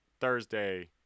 Thursday